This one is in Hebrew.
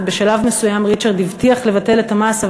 ובשלב מסוים ריצ'רד הבטיח לבטל את המס.